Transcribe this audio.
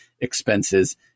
expenses